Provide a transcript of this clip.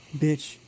bitch